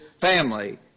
family